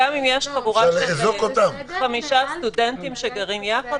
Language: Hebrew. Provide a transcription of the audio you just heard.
גם אם יש חבורה של חמישה סטודנטים שגרים יחד,